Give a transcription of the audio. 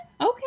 Okay